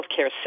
healthcare